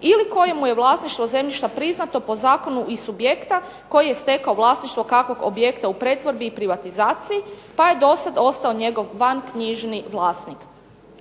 ili kojemu je vlasništvo zemljišta priznato po zakonu iz subjekta koji je stekao vlasništvo kakvog objekta u pretvorbi i privatizaciji pa je dosad ostao njegov vanknjižni vlasnik.